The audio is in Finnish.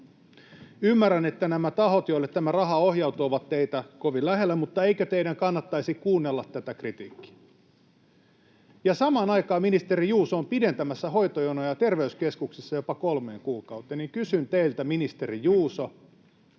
Ymmärrän, että nämä tahot, joille tämä raha ohjautuu, ovat teitä kovin lähellä, mutta eikö teidän kannattaisi kuunnella tätä kritiikkiä? Ja kun samaan aikaan ministeri Juuso on pidentämässä hoitojonoja terveyskeskuksissa jopa kolmeen kuukauteen, niin kysyn teiltä, ministeri Juuso: